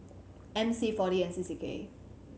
M C Four D and C C K